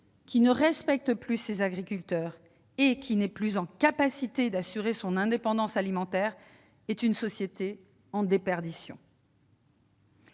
qui ne respecte plus ses agriculteurs et qui n'est plus en mesure d'assurer son indépendance alimentaire est une société en perdition.